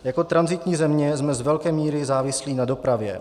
Jako tranzitní země jsme z velké míry závislí na dopravě.